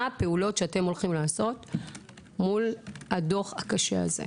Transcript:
מה הפעולות שאתם הולכים לעשות מול הדוח הקשה הזה?